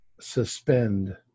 suspend